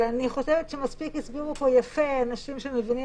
אני חושבת שהסבירו כאן יפה אנשים שמבינים